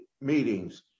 meetings